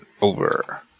Over